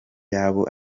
y’abo